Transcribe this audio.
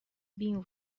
been